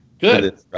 Good